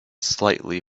slightly